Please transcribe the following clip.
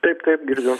taip taip girdžiu